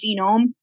genome